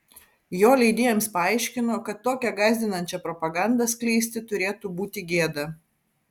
jo leidėjams paaiškino kad tokią gąsdinančią propagandą skleisti turėtų būti gėda